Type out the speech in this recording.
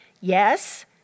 Yes